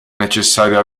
necessario